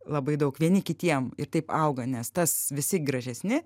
labai daug vieni kitiem ir taip auga nes tas visi gražesni